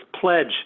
pledge